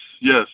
yes